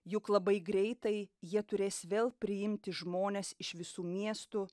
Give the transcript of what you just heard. juk labai greitai jie turės vėl priimti žmones iš visų miestų